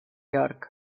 york